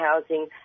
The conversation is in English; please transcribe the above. housing